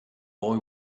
boy